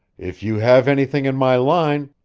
if you have anything in my line